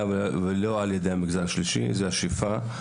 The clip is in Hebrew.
ולא על ידי המגזר השלישי - זו השאיפה.